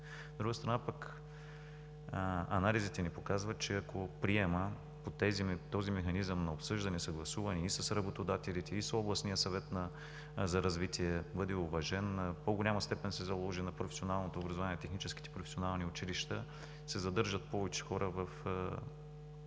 От друга страна пък, анализите ни показват, че ако приемът по този механизъм на обсъждане и съгласуване с работодателите и с областния съвет за развитие бъде уважен, в по-голяма степен се заложи на професионалното образование, в техническите професионални училища се задържат повече хора – и в